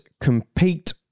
compete